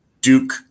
Duke